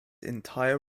entire